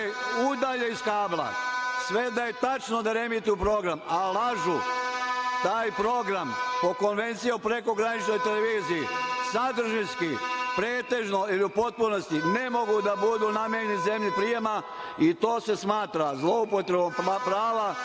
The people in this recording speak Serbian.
udalje iz kabla. Sve i da je tačno da reemituju program, a lažu, ti programi, po Konvenciji o prekograničnoj televiziji, sadržinski, pretežno ili u potpunosti, ne mogu da budu namenjeni zemlji prijema i to se smatra zloupotrebom prava